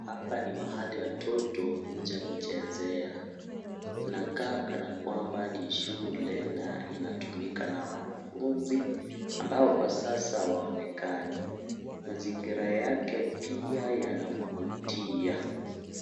Hapa ni mahali watoto huja kuchezea, inakaa kana kwamba ni shule na inatumika na wanafunzi ambayo kwa sasa hawaonekani. Mazingira yake pia yanavutia.